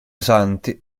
santi